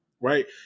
Right